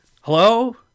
hello